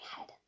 head